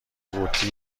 قوطی